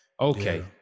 okay